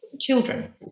children